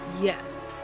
yes